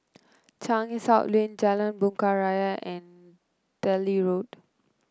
Changi South Lane Jalan Bunga Raya and Delhi Road